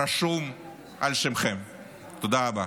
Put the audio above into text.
תודה רבה.